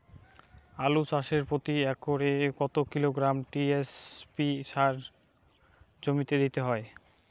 আলু চাষে প্রতি একরে কত কিলোগ্রাম টি.এস.পি সার জমিতে দিতে হয়?